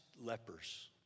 lepers